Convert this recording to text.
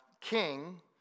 king